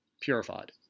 purified